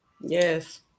yes